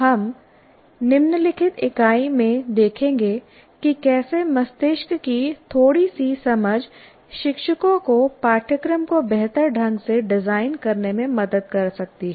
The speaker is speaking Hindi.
हम निम्नलिखित इकाई में देखेंगे कि कैसे मस्तिष्क की थोड़ी सी समझ शिक्षकों को पाठ्यक्रम को बेहतर ढंग से डिजाइन करने में मदद कर सकती है